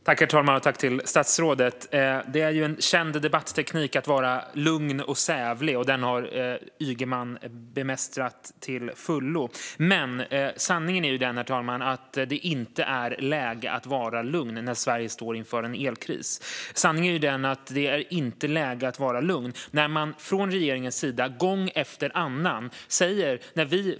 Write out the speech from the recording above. Herr talman och statsrådet! Det är en känd debatteknik att vara lugn och sävlig. Den har Ygeman bemästrat till fullo. Men sanningen är den, herr talman, att det inte är läge att vara lugn när Sverige står inför en elkris. Sanningen är den att det inte är läge att vara lugn när man från regeringens sida gång efter annan säger detta.